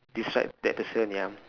describe that person ya